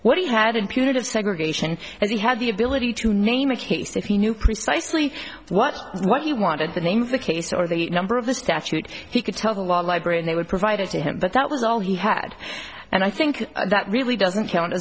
what he had in punitive segregation and he had the ability to name a case if he knew precisely what what he wanted the name of the case or the number of the statute he could tell the law library and they would provide it to him but that was all he had and i think that really doesn't count